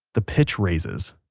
the pitch raises.